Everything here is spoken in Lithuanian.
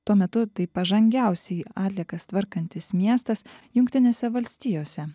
tuo metu tai pažangiausiai atliekas tvarkantis miestas jungtinėse valstijose